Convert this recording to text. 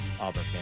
Auburn